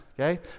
okay